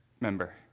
member